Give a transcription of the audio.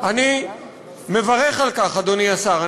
אני מברך על כך, אדוני השר.